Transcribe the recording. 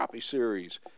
Series